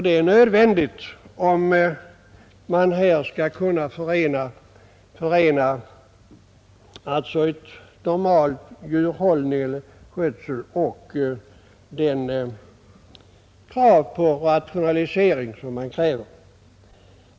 Det är nödvändigt om man här skall kunna förena en normal djurhållning med den rationaliseringstakt som krävs.